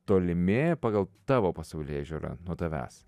tolimi pagal tavo pasaulėžiūrą nuo tavęs